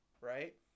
right